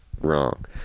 wrong